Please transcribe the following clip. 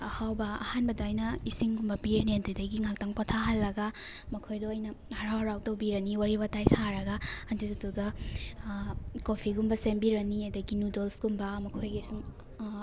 ꯑꯍꯥꯎꯕ ꯑꯍꯥꯟꯕꯗ ꯑꯩꯅ ꯏꯁꯤꯡꯒꯨꯝꯕ ꯄꯤꯔꯅꯤ ꯑꯗꯨꯗꯒꯤ ꯉꯥꯏꯍꯥꯛꯇꯪ ꯄꯣꯊꯥꯍꯜꯂꯒ ꯃꯈꯣꯏꯗꯣ ꯑꯩꯅ ꯍꯔꯥꯎ ꯍꯔꯥꯎ ꯇꯧꯕꯤꯔꯅꯤ ꯋꯥꯔꯤ ꯋꯥꯇꯥꯏ ꯁꯥꯔꯒ ꯑꯗꯨꯗꯨꯒ ꯀꯣꯐꯤꯒꯨꯝꯕ ꯁꯦꯝꯕꯤꯔꯅꯤ ꯑꯗꯒꯤ ꯅꯨꯗꯜꯁꯀꯨꯝꯕ ꯃꯈꯣꯏꯒꯤ ꯁꯨꯝ